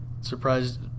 Surprised